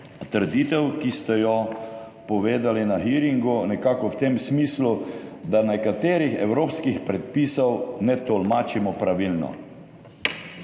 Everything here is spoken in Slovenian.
trditev, ki ste jo povedali na hearingu, nekako v tem smislu, da nekaterih evropskih predpisov ne tolmačimo pravilno.